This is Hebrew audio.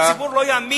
אם הציבור לא יאמין